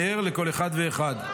נר לכל אחד ואחד.